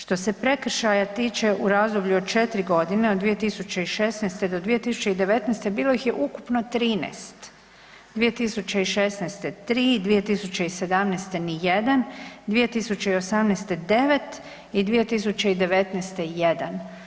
Što se prekršaja tiče u razdoblju od 4 godine od 2016. do 2019. bilo ih je ukupno 13. 2016. 3, 2017. ni jedan, 2018. 9 i 2019. jedan.